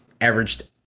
averaged